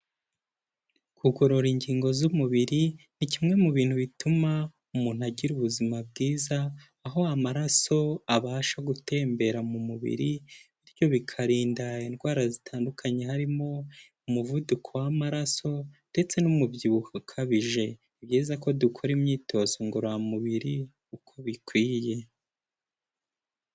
Kugorora ingingo z'umubiri ni kimwe mu bintu bituma umuntu agira ubuzima bwiza, aho amaraso abasha gutembera mu mubiri, bityo bikarinda indwara zitandukanye harimo umuvuduko w'amaraso ndetse n'umubyibuho ukabije. Ni byiza ko dukora imyitozo ngororamubiri uko bikwiye.